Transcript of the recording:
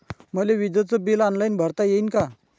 मले विजेच bill online भरता येईन का?